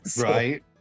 Right